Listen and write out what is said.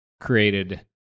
created